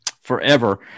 forever